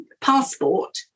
passport